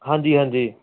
ਹਾਂਜੀ ਹਾਂਜੀ